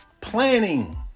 planning